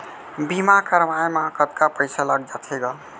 बीमा करवाए म कतका पइसा लग जाथे गा?